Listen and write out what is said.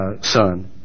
son